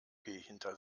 hinter